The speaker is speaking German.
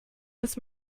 muss